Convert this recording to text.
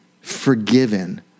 forgiven